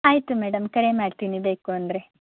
ಆಯಿತು ಮೇಡಮ್ ಕರೆ ಮಾಡ್ತೀನಿ ಬೇಕು ಅಂದರೆ